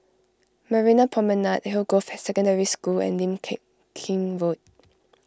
Marina Promenade Hillgrove Secondary School and Lim K Kim Road